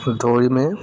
দৌৰিমেই